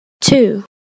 two